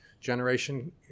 Generation